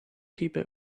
people